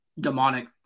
Demonic